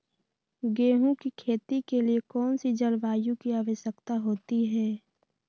गेंहू की खेती के लिए कौन सी जलवायु की आवश्यकता होती है?